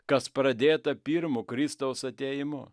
kas pradėta pirmu kristaus atėjimu